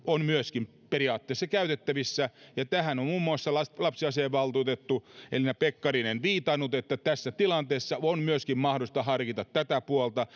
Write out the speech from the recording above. on myöskin periaatteessa käytettävissä ja tähän on muun muassa lapsiasiavaltuutettu elina pekkarinen viitannut että tässä tilanteessa on myöskin mahdollista harkita tätä puolta